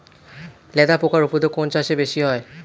লেদা পোকার উপদ্রব কোন চাষে বেশি হয়?